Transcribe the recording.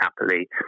happily